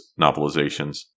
novelizations